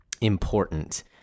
important